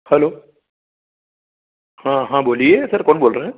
hello हाँ हाँ बोलिए सर कौन बोल रहा है